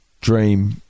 dream